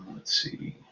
let's see,